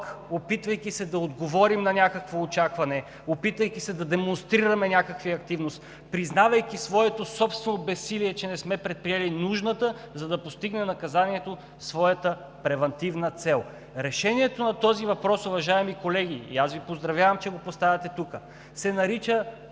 опитвайки се да отговорим на някакво очакване, опитвайки се да демонстрираме някаква активност, признавайки своето собствено безсилие, че не сме предприели нужното, за да постигне наказанието своята превантивна цел. Решението на този въпрос, уважаеми колеги, и аз Ви поздравявам, че го поставяте тук, се нарича